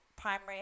primary